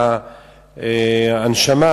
מכשיר ההנשמה